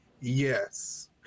Yes